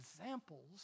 examples